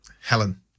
Helen